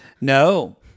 No